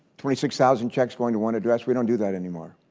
twenty six thousand checks going to one address. we don't do that anymore.